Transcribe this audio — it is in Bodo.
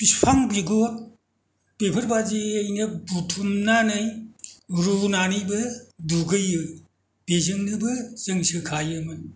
बिफां बिगुर बेफोरबायदियैनो बुथुमनानै रुनानैबो दुगैयो बेजोंनोबो जों सोखायोमोन